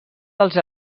dels